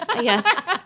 Yes